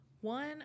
One